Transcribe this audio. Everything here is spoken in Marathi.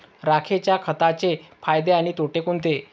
राखेच्या खताचे फायदे आणि तोटे कोणते?